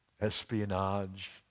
espionage